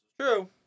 True